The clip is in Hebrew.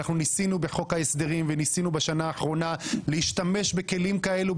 ניסינו בחוק ההסדרים וניסינו בשנה האחרונה להשתמש בכלים כאלה,